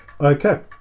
Okay